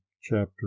chapter